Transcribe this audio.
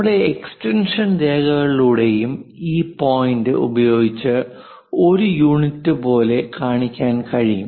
നമ്മുടെ എക്സ്റ്റൻഷൻ രേഖകളിലൂടെയും ഈ പോയിന്റ് ഉപയോഗിച്ച് 1 യൂണിറ്റ് പോലെ കാണിക്കാൻ കഴിയും